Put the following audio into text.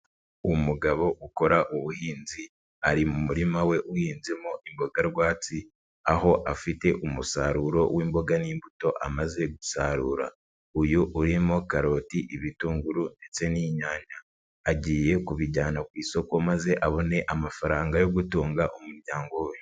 Umugabo ukora ubuhinzi, ari mu murima we uhinzemo imboga rwatsi, aho afite umusaruro w'imboga n'imbuto amaze gusarura. Uyu urimo karoti, ibitunguru ndetse n'inyanya. Agiye kubijyana ku isoko maze abone amafaranga yo gutunga umuryango we.